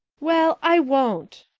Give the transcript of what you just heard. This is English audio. well, i won't,